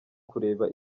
kureba